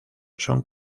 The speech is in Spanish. son